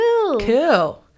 Cool